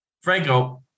Franco